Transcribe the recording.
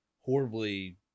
horribly